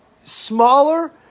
Smaller